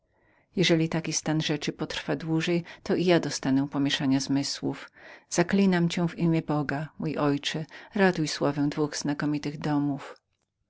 jeżeli taki stan rzeczy potrwa dłużej i ja dostanę pomięszania zmysłów zaklinam cię w imię boga czcigodny ojcze ratuj sławę dwóch znakomitych domów